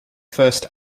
first